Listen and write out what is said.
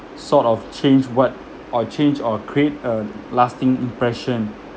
sort of change what or change or create a lasting impression